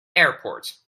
airports